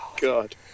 God